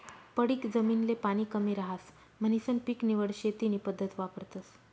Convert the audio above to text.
पडीक जमीन ले पाणी कमी रहास म्हणीसन पीक निवड शेती नी पद्धत वापरतस